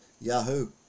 Yahoo